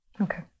Okay